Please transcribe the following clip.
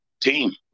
team